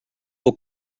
will